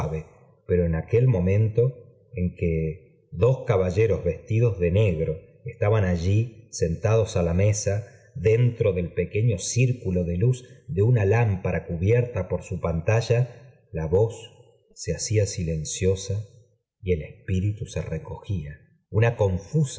pero en aquel momento l e í l ue os caballeros vestidos de negro estaban allí sentados á la mesa dentro del pequeño círculo de juz de una lámpara cubierta por su pantalla la voz se hacía silenciosa y el espíritu se reco gia